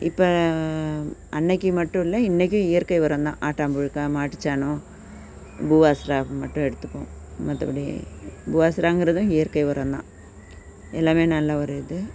இப்போ அன்னக்கு மட்டும் இல்லை இன்றைக்கும் இயற்கை உரம் தான் ஆட்டாம்புழுக்கை மாட்டுச்சாணம் பூவாஸ்ரா மட்டும் எடுத்துப்போம் மற்றபடி பூவாஸ்ராங்கிறதும் இயற்கை உரம் தான் எல்லாமே நல்ல ஒரு இது